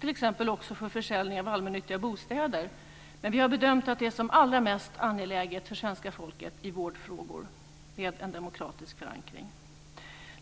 t.ex. också vid försäljning av allmännyttiga bostäder. Men vi har bedömt att det som är allra mest angeläget för svenska folket i vårdfrågor är en demokratisk förankring.